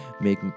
make